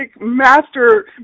master